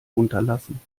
unterlassen